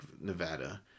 Nevada